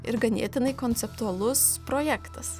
ir ganėtinai konceptualus projektas